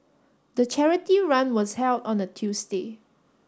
the charity run was held on a Tuesday